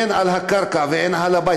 הן על הקרקע והן על הבית,